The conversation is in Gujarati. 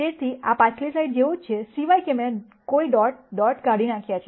તેથી આ પાછલી સ્લાઇડ જેવું જ છે સિવાય કે મેં કોઈ ડોટ ડોટ કાઢી નાખ્યા છે